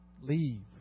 Leave